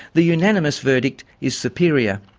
the unanimous verdict is superior.